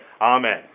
Amen